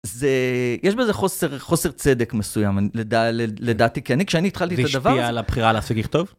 זה, יש בזה חוסר, חוסר צדק מסוים, לדעתי, כי אני, כשאני התחלתי את הדבר הזה... זה השפיע על הבחירה להפסיק לכתוב?